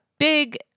Big